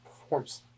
performs